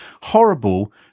horrible